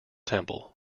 temple